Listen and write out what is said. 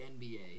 NBA